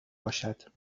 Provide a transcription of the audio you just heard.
باشد